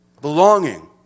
belonging